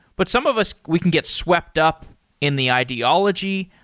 but some of us, we can get swept up in the ideology.